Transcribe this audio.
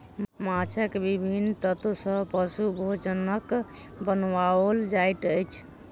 माँछक विभिन्न तत्व सॅ पशु भोजनक बनाओल जाइत अछि